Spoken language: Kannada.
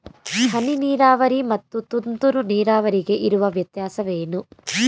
ಹನಿ ನೀರಾವರಿ ಮತ್ತು ತುಂತುರು ನೀರಾವರಿಗೆ ಇರುವ ವ್ಯತ್ಯಾಸವೇನು?